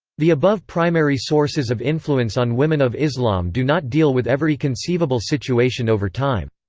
the above primary sources of influence on women of islam do not deal with every conceivable situation over time.